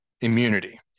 immunity